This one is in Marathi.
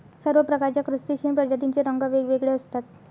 सर्व प्रकारच्या क्रस्टेशियन प्रजातींचे रंग वेगवेगळे असतात